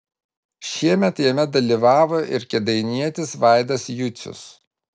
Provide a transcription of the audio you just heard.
šiemet jame dalyvavo ir kėdainietis vaidas jucius